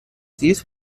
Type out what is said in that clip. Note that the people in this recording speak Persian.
زیست